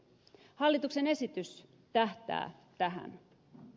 hallituksen esitys tähtää tähän